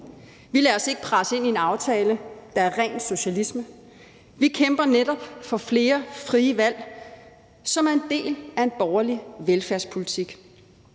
Vi lader os ikke presse ind i en aftale, der er ren socialisme. Vi kæmper netop for flere frie valg, som er en del af en borgerlig velfærdspolitik.